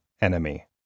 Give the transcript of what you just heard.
enemy